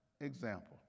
example